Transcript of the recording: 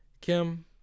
Kim